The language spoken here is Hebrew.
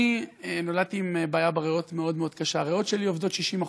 אני נולדתי עם בעיית בריאות מאוד מאוד קשה: הריאות שלי עובדות 60%,